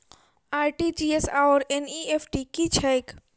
RTGS आओर NEFT की छैक?